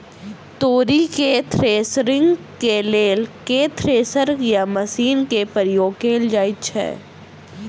तोरी केँ थ्रेसरिंग केँ लेल केँ थ्रेसर या मशीन केँ प्रयोग कैल जाएँ छैय?